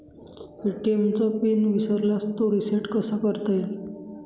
ATM चा pin विसरल्यास तो रिसेट कसा करता येईल?